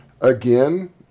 Again